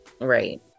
Right